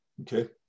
okay